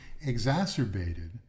exacerbated